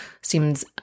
seems